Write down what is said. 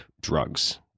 drugs